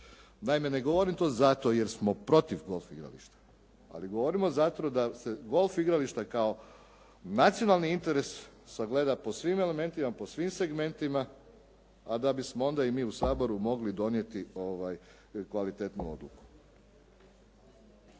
Naime, ne govorim to zato jer smo protiv golf igrališta, ali govorimo zato da se golf igrališta kao nacionalni interes sagleda po svim elementima, po svim segmentima, a da bismo onda i mi u Saboru mogli donijeti kvalitetnu odluku.